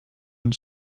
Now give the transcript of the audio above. into